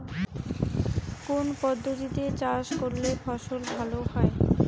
কোন পদ্ধতিতে চাষ করলে ফসল ভালো হয়?